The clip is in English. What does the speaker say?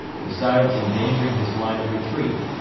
besides endangering his line of retreat.